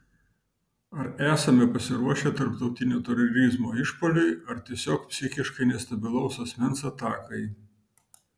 ar esame pasiruošę tarptautinio terorizmo išpuoliui ar tiesiog psichiškai nestabilaus asmens atakai